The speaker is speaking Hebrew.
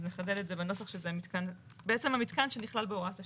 אז לחדד את זה בנוסח שזה בעצם המתקן שנכלל בהוראת השעה,